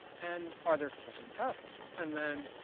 and are there sufficient tests? and then,